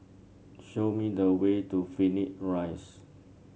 show me the way to Phoenix Rise